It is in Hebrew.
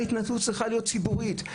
ההתנצלות צריכה להיות ציבורית.